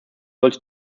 sollte